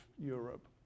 Europe